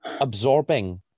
absorbing